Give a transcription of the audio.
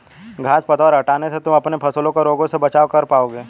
घांस पतवार हटाने से तुम अपने फसलों का रोगों से बचाव कर पाओगे